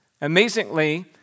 Amazingly